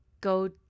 go